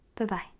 Bye-bye